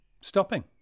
stopping